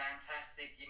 fantastic